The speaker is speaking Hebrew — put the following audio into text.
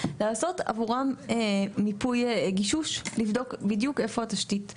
לעשות עבורם מיפוי גישוש ולבדוק איפה התשתית.